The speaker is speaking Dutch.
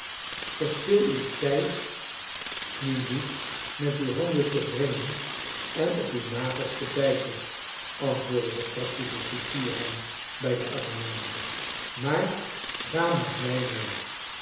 verspil uw tijd nu niet met uw handen te wringen en op uw nagels te bijten antwoordde de practische cipier hem bij den arm nemende maar ga met mij mee